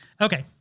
Okay